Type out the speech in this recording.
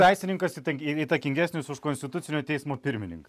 teisininkas įtaikin įtakingesnis už konstitucinio teismo pirmininką